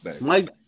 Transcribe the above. Mike